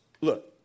look